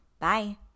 Bye